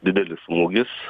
didelis smūgis